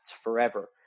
forever